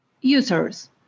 users